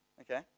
Okay